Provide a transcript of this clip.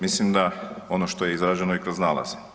Mislim da ono što je izraženo i kroz nalaze.